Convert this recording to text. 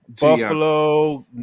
Buffalo